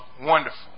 Wonderful